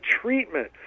treatment